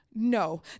No